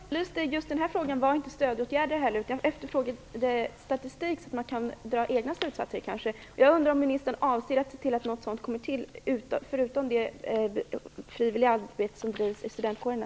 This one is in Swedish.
Fru talman! Jag efterfrågade inte stödåtgärder, utan statistik som man kanske kan dra egna slutsatser av. Jag undrar om ministern avser att se till att något sådant görs, förutom det frivilliga arbete som bedrivs av studentkårerna.